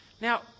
Now